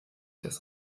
das